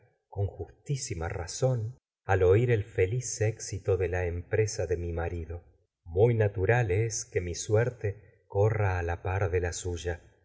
con jus razón al oír el feliz éxito de la empresa de mi marido la muy natural es que mi suerte corra a la par de suya